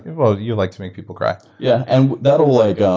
well, you like to make people cry. yeah, and that'll like, um